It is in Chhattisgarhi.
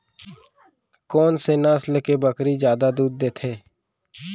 कोन से नस्ल के बकरी जादा दूध देथे